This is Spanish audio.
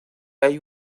hay